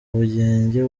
bugenge